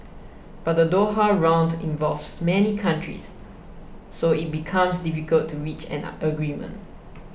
but the Doha Round involves many countries so it becomes difficult to reach an agreement